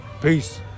Peace